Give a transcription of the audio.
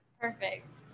Perfect